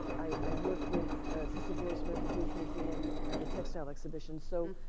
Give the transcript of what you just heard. i worked with cissy grossman at the jewish museum on the textile exhibition. so,